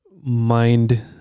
mind